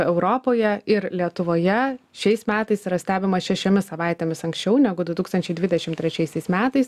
europoje ir lietuvoje šiais metais yra stebimas šešiomis savaitėmis anksčiau negu du tūkstančiai dvidešim trečiaisiais metais